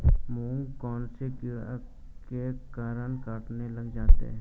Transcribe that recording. मूंग कौनसे कीट के कारण कटने लग जाते हैं?